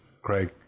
Craig